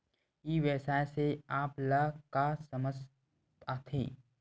ई व्यवसाय से आप ल का समझ आथे?